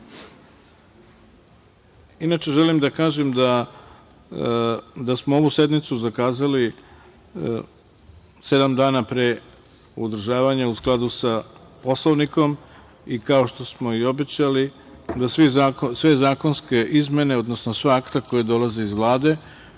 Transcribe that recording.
želim da kažem da smo ovu sednicu zakazali sedam dana pre održavanja, u skladu sa Poslovnikom i kao što smo i obećali da sve zakonske izmene, odnosno sva akta koja dolaze iz Vlade